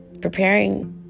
Preparing